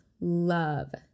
love